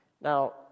Now